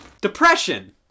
depression